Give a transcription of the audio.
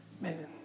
man